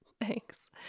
thanks